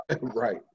right